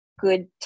good